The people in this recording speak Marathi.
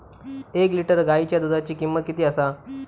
एक लिटर गायीच्या दुधाची किमंत किती आसा?